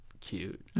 cute